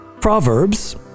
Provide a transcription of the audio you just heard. Proverbs